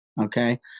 Okay